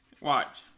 Watch